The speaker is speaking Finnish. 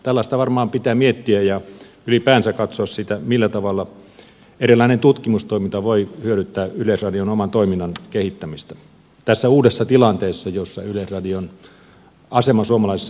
tällaista varmaan pitää miettiä ja ylipäänsä katsoa sitä millä tavalla erilainen tutkimustoiminta voi hyödyttää yleisradion oman toiminnan kehittämistä tässä uudessa tilanteessa jossa yleisradion asema suomalaisessa yhteiskunnassa kehittyy